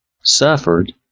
suffered